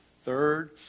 third